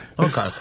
Okay